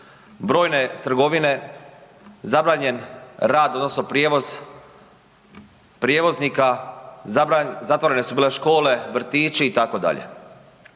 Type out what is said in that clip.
brojne trgovine, zabranjen rad odnosno prijevoz prijevoznika, zatvorene su bile škole, vrtići itd.